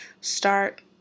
start